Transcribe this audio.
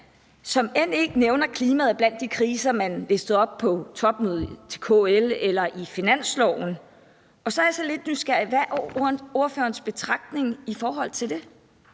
som end ikke nævner klimaet blandt de kriser, man listede op på topmødet i KL eller i finansloven. Og så er jeg lidt nysgerrig: Hvad er partilederens betragtning i forhold til det?